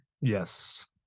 Yes